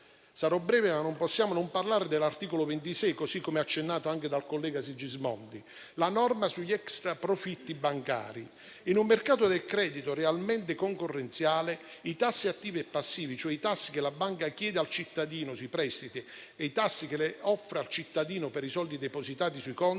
sarò breve, ma non possiamo non parlare dell'articolo 26, cui ha accennato anche il collega Sigismondi, recante la norma sugli extraprofitti bancari. In un mercato del credito realmente concorrenziale i tassi attivi e passivi, cioè quelli che la banca chiede al cittadino sui prestiti e quelli che gli offre per i soldi depositati sui conti,